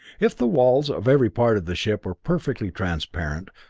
if the walls of every part of the ship were perfectly transparent,